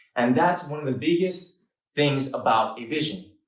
and that's one of the biggest things about a vision.